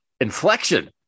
Inflection